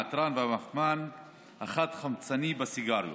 העטרן והפחמן החד-חמצני בסיגריות.